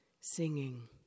singing